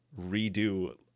redo